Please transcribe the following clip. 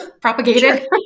Propagated